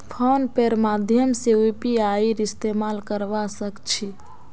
phone पेर माध्यम से यूपीआईर इस्तेमाल करवा सक छी